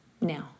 now